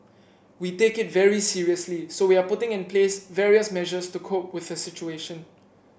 we take it very seriously so we are putting in place various measures to cope with the situation